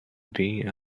been